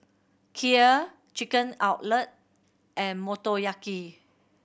Kheer Chicken Cutlet and Motoyaki